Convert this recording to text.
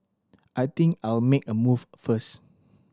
I think I'll make a move first